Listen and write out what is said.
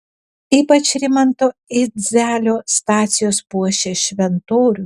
ypač rimanto idzelio stacijos puošia šventorių